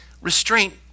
restraint